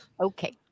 okay